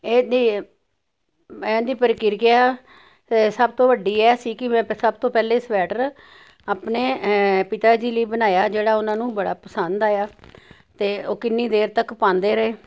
ਇਹਦੀ ਇਹਦੀ ਪ੍ਰਕਿਰਿਆ ਸਭ ਤੋਂ ਵੱਡੀ ਇਹ ਸੀ ਕਿ ਮੈਂ ਸਭ ਤੋਂ ਪਹਿਲੇ ਸਵੈਟਰ ਆਪਣੇ ਪਿਤਾ ਜੀ ਲਈ ਬਣਾਇਆ ਜਿਹੜਾ ਉਨ੍ਹਾਂ ਨੂੰ ਬੜਾ ਪਸੰਦ ਆਇਆ ਅਤੇ ਉਹ ਕਿੰਨੀ ਦੇਰ ਤੱਕ ਪਾਂਦੇ ਰਹੇ